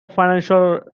financial